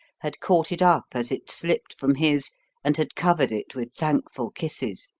had caught it up as it slipped from his and had covered it with thankful kisses.